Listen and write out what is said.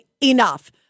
enough